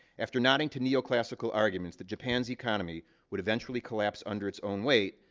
after nodding to neoclassical arguments that japan's economy would eventually collapse under its own weight,